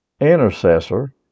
Intercessor